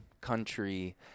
country